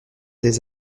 des